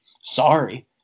Sorry